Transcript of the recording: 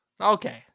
Okay